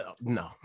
no